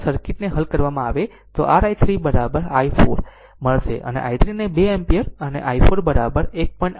આમ જો આ સર્કિટને હલ કરવામાં આવે તો r i3 i4 મળશે i3 ને 2 એમ્પીયર અને i4 1